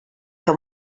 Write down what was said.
que